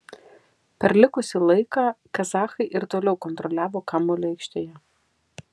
per likusį laiką kazachai ir toliau kontroliavo kamuolį aikštėje